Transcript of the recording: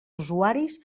usuaris